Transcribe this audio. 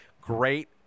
great